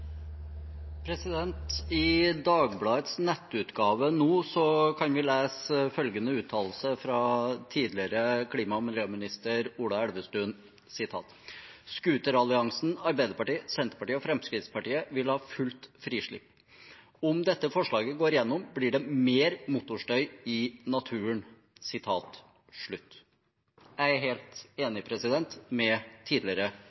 i det. I Dagbladets nettutgave kan vi lese følgende uttalelse fra tidligere klima- og miljøminister Ola Elvestuen: «Scooter-alliansen Ap, Sp og Frp vil ha fullt frislipp. Om dette forslaget går gjennom blir det mer motorstøy i naturen.» Jeg er helt enig i tidligere